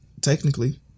technically